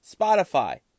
Spotify